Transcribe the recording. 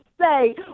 say